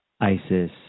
ISIS